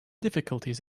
difficulties